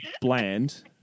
bland